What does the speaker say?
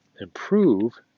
improve